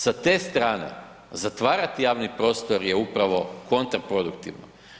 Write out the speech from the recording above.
Sa te strane zatvarati javni prostor je upravo kontraproduktivno.